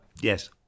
yes